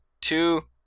two